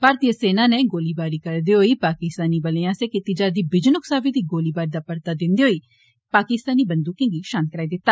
भारतीय सेना नै गोलाबारी करदे होई पाकिस्तान बलें आस्सेआ कीती जारदी बिजन उकसावे दी गोलीबारी दा परता दिन्दे होई पाकिस्तानी बंदूकें गी षांत कराई दिता